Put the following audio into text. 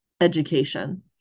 education